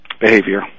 behavior